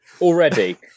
already